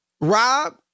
Rob